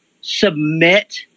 submit